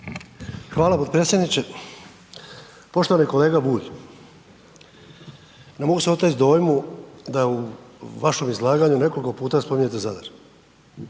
Hvala potpredsjedniče. Poštovani kolega Bulj. Ne mogu se oteti dojmu da u vašem izlaganju nekoliko puta spominjete Zadar.